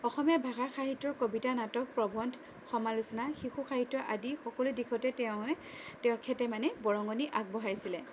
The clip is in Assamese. অসমীয়া ভাষা সাহিত্যৰ কবিতা নাটক প্ৰৱন্ধ সমালোচনা শিশু সাহিত্য আদি সকলো দিশতে তেওঁৱে তেখেতে মানে বৰঙণি আগবঢ়াইছিলে